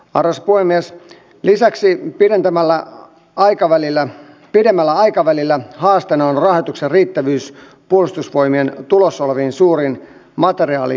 paras puuaines lisäksi pidentämällä aikavälillä pidemmällä aikavälillä haasteena on rahoituksen riittävyys puolustusvoimien tulossa arvoisa rouva puhemies